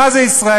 מה זה ישראלי,